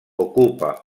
ocupa